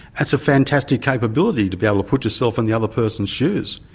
that's a fantastic capability, to be able to put yourself in the other person's shoes.